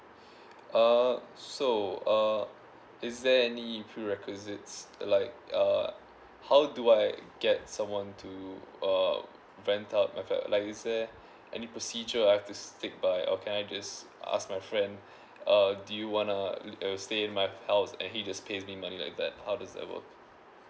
uh so uh is there any prerequisites like uh how do I get someone to uh rent out like a like is there any procedure I've to stick by or can I just ask my friend err do you want uh to stay at my house and he just pay me money like that how does that work